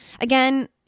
Again